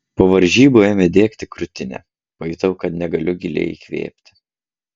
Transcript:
po varžybų ėmė diegti krūtinę pajutau kad negaliu giliai įkvėpti